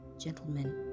Gentlemen